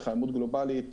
התחממות גלובלית,